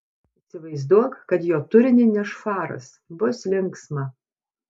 įsivaizduok kad jo turinį neš faras bus linksma